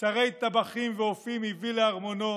שרי טבחים ואופים הביא לארמונו